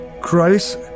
Christ